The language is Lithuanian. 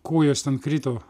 ko jos ten krito